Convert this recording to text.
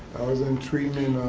was in treatment.